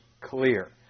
clear